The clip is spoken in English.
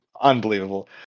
unbelievable